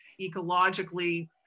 ecologically